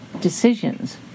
decisions